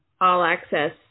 all-access